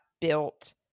built